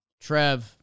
Trev